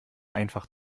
einfach